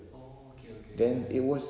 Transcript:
oh okay okay ya ya ya